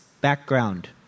background